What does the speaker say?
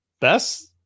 best